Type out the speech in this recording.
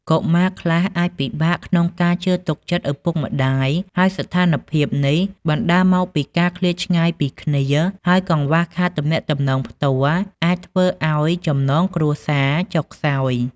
កុមារខ្លះអាចពិបាកក្នុងការជឿទុកចិត្តឪពុកម្ដាយ ហើយស្ថានភាពនេះបណ្ដាលមកពីការឃ្លាតឆ្ងាយពីគ្នា ហើយកង្វះខាតទំនាក់ទំនងផ្ទាល់អាចធ្វើឲ្យចំណងគ្រួសារចុះខ្សោយ។